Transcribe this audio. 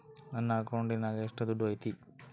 ನನ್ನ ಅಕೌಂಟಿನಾಗ ಎಷ್ಟು ದುಡ್ಡು ಐತಿ?